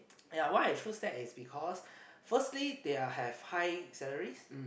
ya why is choose that is because firstly their have high salaries